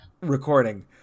recording